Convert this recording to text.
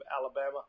Alabama